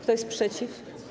Kto jest przeciw?